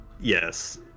Yes